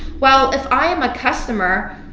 well, if i am a customer,